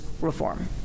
reform